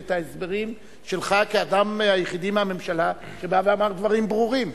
ואת ההסברים שלך כאדם היחיד מהממשלה שבא ואמר דברים ברורים.